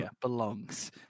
belongs